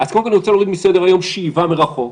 אני רוצה להוריד מסדר היום שאיבה מרחוק,